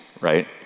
right